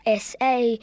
SA